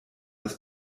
das